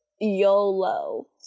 YOLO